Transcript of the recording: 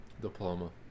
diploma